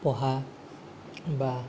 পঢ়া বা